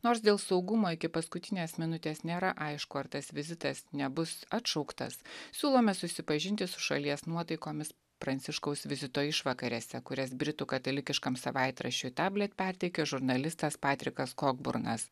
nors dėl saugumo iki paskutinės minutės nėra aišku ar tas vizitas nebus atšauktas siūlome susipažinti su šalies nuotaikomis pranciškaus vizito išvakarėse kurias britų katalikiškam savaitraščiui tablet perteikė žurnalistas patrikas kokburnas